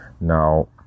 Now